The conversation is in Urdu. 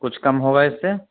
کچھ کم ہوگا اِس سے